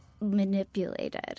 manipulated